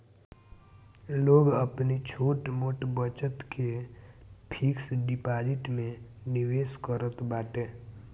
लोग अपनी छोट मोट बचत के फिक्स डिपाजिट में निवेश करत बाटे